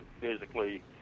physically